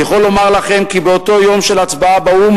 אני יכול לומר לכם כי אותו יום של הצבעה באו"ם,